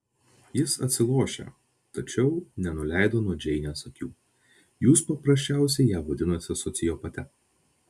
jis atsilošė tačiau nenuleido nuo džeinės akių jūs paprasčiausiai ją vadinate sociopate